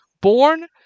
Born